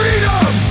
Freedom